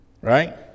Right